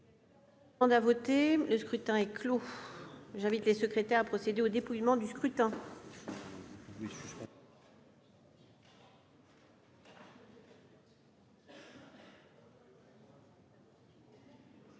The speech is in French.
Le scrutin est clos. J'invite Mmes et MM. les secrétaires à procéder au dépouillement du scrutin. Mes